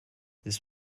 this